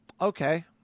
Okay